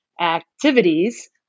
activities